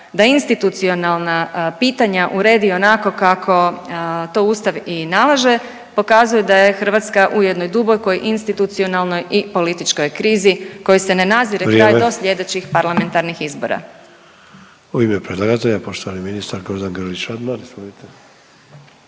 da institucionalna pitanja uredi onako kako to Ustav i nalaže, pokazuje da je Hrvatska u jednoj dubokoj institucionalnoj i političkoj krizi koji se ne nazire kraj do sljedećih … .../Upadica: Vrijeme./... parlamentarnih izbora. **Sanader, Ante (HDZ)** U ime predlagatelja, poštovani ministar Gordan Grlić Radman, izvolite.